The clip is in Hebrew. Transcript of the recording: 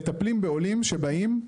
מטפלים בעולים שבאים,